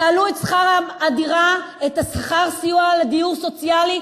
תעלו את שכר הדירה, את השכר, הסיוע לדיור סוציאלי,